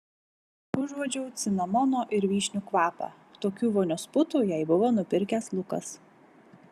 užuodžiau cinamono ir vyšnių kvapą tokių vonios putų jai buvo nupirkęs lukas